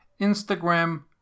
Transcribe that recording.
Instagram